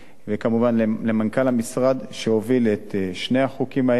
וכמובן למנכ"ל המשרד, שהוביל את שני החוקים האלה,